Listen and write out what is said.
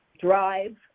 Drive